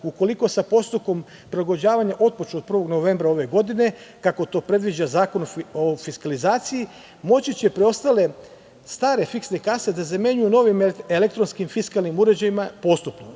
ukoliko sa postupkom prilagođavanja otpočne od 1. novembra ove godine kako to predviđa Zakon o fiskalizaciji moći će preostale stare fiksne kase da zamenjuju novim elektronskim fiskalnim uređajima postupno.